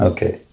Okay